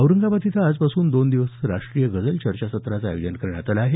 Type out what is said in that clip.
औरंगाबाद इथं आजपासून दोन दिवस राष्ट्रीय गझल चर्चासत्राचं आयोजन करण्यात आलं आहे